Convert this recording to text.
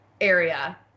area